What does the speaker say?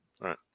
right